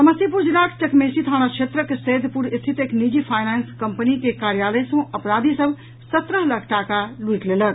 समस्तीपुर जिलाक चकमेहसी थाना क्षेत्रक सैदपुर स्थित एक निजी फाईनेंस कम्पनी के कार्यालय सँ अपराधी सभ सत्रह लाख टाका लूटि लेलक